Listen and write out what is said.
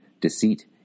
deceit